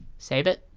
save it